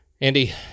Andy